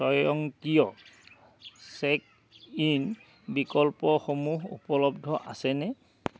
স্বয়ংক্ৰিয় check in বিকল্পসমূহ উপলব্ধ আছেনে